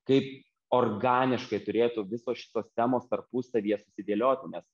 kaip organiškai turėtų visos šitos temos tarpusavyje susidėlioti nes